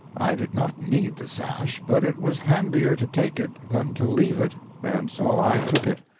i did not need the sash, but it was handier to take it than to leave it, and so i took it.